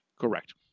Correct